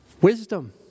Wisdom